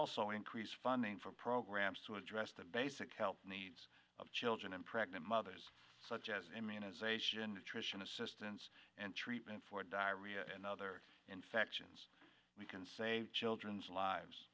also increase funding for programs to address the basic health needs of children and pregnant mothers such as immunization nutrition assistance and treatment for diarrhea and other infections we can save children's lives